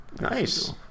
Nice